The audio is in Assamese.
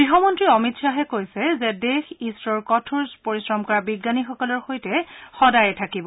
গৃহমন্ত্ৰী অমিত খাহে কৈছে যে দেশ ইছৰ'ৰ কঠোৰ পৰিশ্ৰম কৰা বিজ্ঞানীসকলৰ সৈতে সদায়ে থাকিব